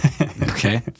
Okay